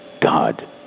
god